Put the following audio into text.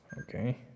Okay